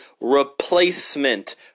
replacement